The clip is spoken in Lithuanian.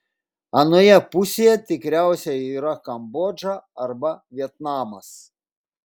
anoje pusėje tikriausiai yra kambodža arba vietnamas